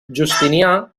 justinià